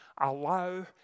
allow